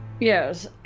Yes